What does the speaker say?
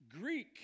Greek